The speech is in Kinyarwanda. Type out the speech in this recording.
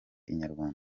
inyarwanda